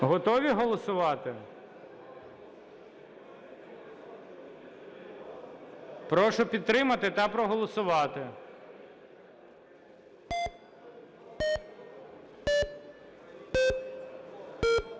Готові голосувати? Прошу підтримати та проголосувати.